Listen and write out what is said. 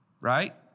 right